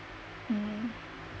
mmhmm